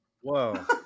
Whoa